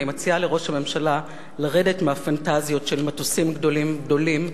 אני מציעה לראש הממשלה לרדת מהפנטזיות של מטוסים גדולים-גדולים,